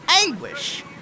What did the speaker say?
anguish